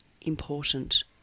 important